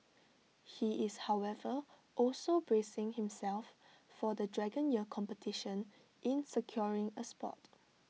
he is however also bracing himself for the dragon year competition in securing A spot